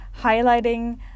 highlighting